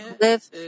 live